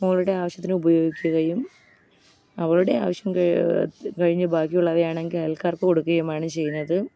മോളുടെ ആവശ്യത്തിന് ഉപയോഗിക്കുകയും അവളുടെ ആവശ്യം കഴിഞ്ഞ് ബാക്കിയുള്ളവയാണെങ്കിൽ അയൽക്കാർക്ക് കൊടുക്കുകയുമാണ് ചെയ്യുന്നത്